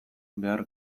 behar